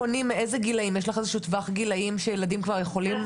מאיזה טווח גילאים ילדים פונים?